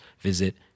visit